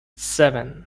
seven